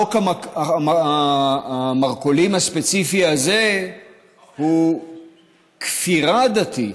חוק המרכולים הספציפי הזה הוא כפירה דתית,